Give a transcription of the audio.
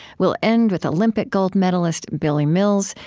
we'll end with olympic gold medalist billy mills.